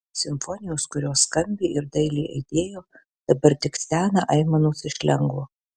simfonijos kurios skambiai ir dailiai aidėjo dabar tik stena aimanos iš lengvo